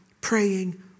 praying